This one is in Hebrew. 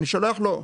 אני שולח לו,